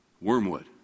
Wormwood